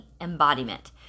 embodiment